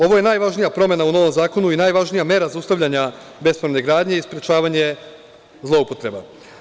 Ovo je najvažnija promena u novom zakonu i najvažnija mera zaustavljanja bespravne gradnje i sprečavanje zloupotreba.